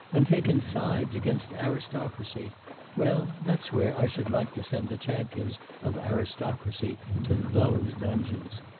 and taken sides against aristocracy well, that's where i should like to send the champions of aristocracy to those dungeons.